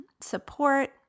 support